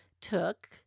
took